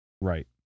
Right